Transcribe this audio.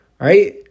right